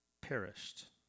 perished